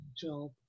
job